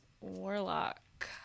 warlock